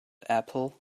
apple